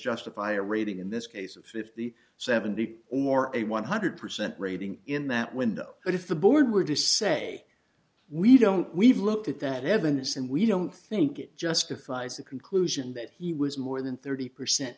justify a rating in this case of fifty seventy or a one hundred percent rating in that window but if the board were to say we don't we've looked at that evan is and we don't think it justifies the conclusion that he was more than thirty percent